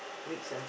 weeks ah